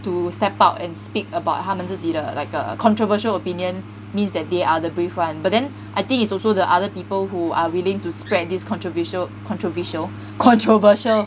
to step out and speak about 他们自己的 like err controversial opinion means that they are the brave [one] but then I think it's also the other people who are willing to spread this controversial~ controversial~ controversial